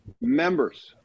Members